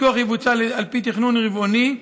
הפיקוח יבוצע על פי תכנון רבעוני,